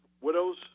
widows